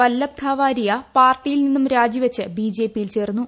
വല്ലഭ് ധാരാവിയ പാർട്ടിയിൽ നിന്നും രാജിവെച്ച് ബിജെപിയിൽ ചേർന്നു